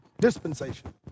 dispensation